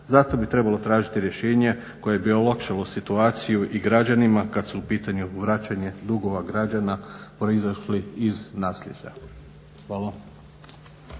Zato bi trebalo tražiti rješenje koje bi olakšao situaciju i građanima kada su u pitanju vraćanje dugova građana proizašli iz nasljeđa.